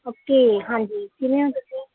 okay ਹਾਂਜੀ ਕਿਵੇਂ ਹੋ ਤੁਸੀਂ